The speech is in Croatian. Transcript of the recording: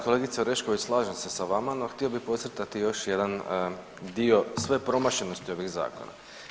Kolegice Orešković, slažem se sa vama, no htio bi podcrtati još jedan dio, sve promašenosti ovih zakona.